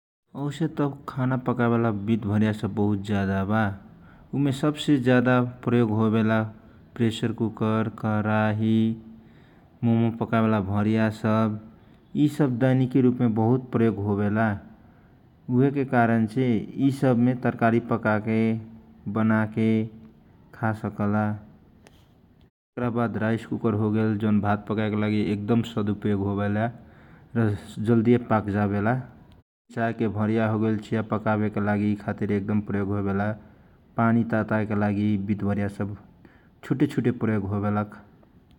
औसे त खाना पकाए बाला वितभडिया सब बहुत जादा बा उमे सबसे जयदा प्रयोग होवेला प्रेसर कुकर, कराही, मोमो पकाए बाला भडिया सब दैनिकी रुप मे बहुत प्रयोग हो वेला उहे के कारणछे इसब मे तरकारी पकाए के बनाके खा सकेले ओकरा बाद राइस कुकर होगेल जौन भात पकाएला एकदमे प्रयोग होवेला आ चाय पकाए बला भरिया होगेल उमे पानियो धीका सकेला यि सब छुटे छुटे प्रयोग होवेला ।